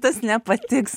tas nepatiks